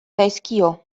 zaizkio